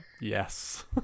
yes